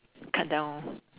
cut down